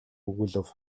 өгүүлэв